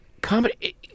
Comedy